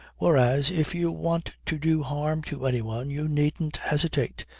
whereas if you want to do harm to anyone you needn't hesitate.